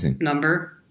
number